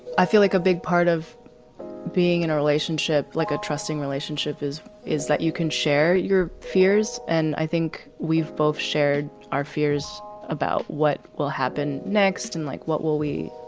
i feel like a big part of being in a relationship, like a trusting relationship is, is that you can share your fears. and i think we've both shared our fears about what will happen next. and like what will we